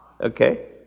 Okay